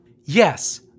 Yes